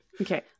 Okay